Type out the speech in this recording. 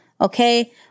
Okay